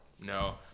No